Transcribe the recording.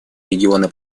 регионы